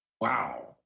Wow